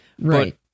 Right